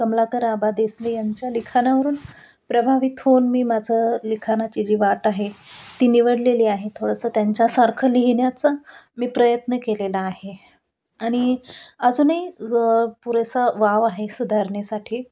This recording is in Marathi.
कमलाकर आबादेसनी यांच्या लिखाणावरून प्रभावित होऊन मी माझं लिखाणाची जी वाट आहे ती निवडलेली आहे थोडंसं त्यांच्यासारखं लिहिण्याचा मी प्रयत्न केलेला आहे आणि अजूनही पुरेसा वाव आहे सुधारणेसाठी